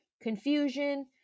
confusion